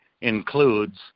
includes